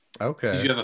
okay